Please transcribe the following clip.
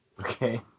okay